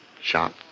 Shop